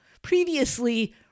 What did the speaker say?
previously